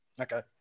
Okay